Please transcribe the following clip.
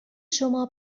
شما